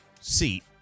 seat